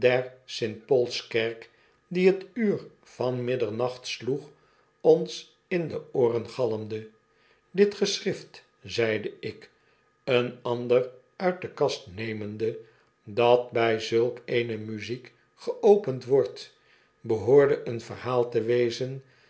st paulskerk die het uur van middernacht sloeg ons in de ooren galmde dit geschrift zeide ik een ander uit de kast nemende dat by zulk eene muziek geopend wcrdt behoorde een verhaal te wezen